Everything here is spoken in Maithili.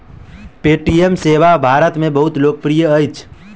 पे.टी.एम सेवा भारत में बहुत लोकप्रिय अछि